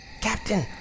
Captain